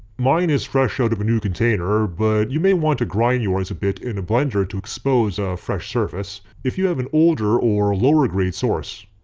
mine is fresh out of a new container but you may want to grind yours a bit in a blender to expose a fresh surface if you have an old or or lower grade source.